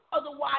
otherwise